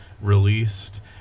released